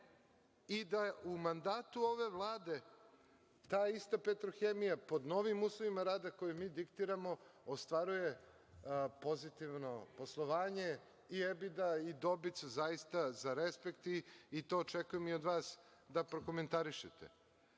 i da u mandatu ove Vlade ta ista „Petrohemija“ pod novim uslovima rada koji mi diktiramo, ostvaruje pozitivno poslovanje i „Ebida“ i dobit su zaista za respekt i to očekujem i od vas da prokomentarišete. Kad